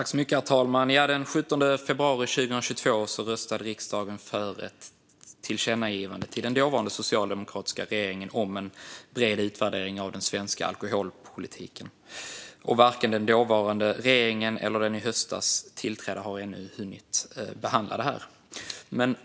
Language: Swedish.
Herr talman! Den 17 februari 2022 röstade riksdagen för ett tillkännagivande till den dåvarande socialdemokratiska regeringen om en bred utvärdering av den svenska alkoholpolitiken. Varken den dåvarande regeringen eller den i höstas tillträdda har ännu hunnit behandla det.